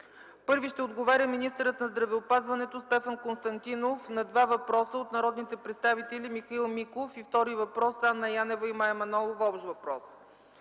Първи ще отговаря министърът на здравеопазването Стефан Константинов на два въпроса от народните представители Михаил Миков и втори общ въпрос от Анна Янева и Мая Манолова.